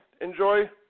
enjoy